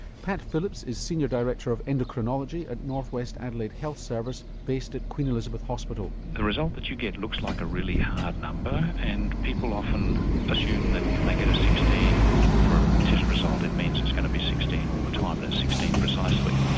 pat phillips is senior director of endocrinology at north west adelaide health service based at queen elizabeth hospital. the result that you get looks like a really hard number and people often assume that if they get a sixteen for a test result it means it's going to be sixteen all the time and it's sixteen precisely.